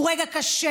הוא רגע קשה,